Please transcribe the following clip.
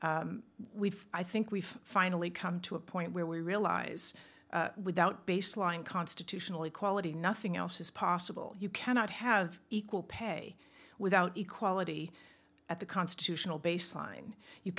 we've i think we've finally come to a point where we realize without baseline constitutional equality nothing else is possible you cannot have equal pay without equality at the constitutional baseline you